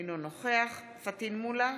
אינו נוכח פטין מולא,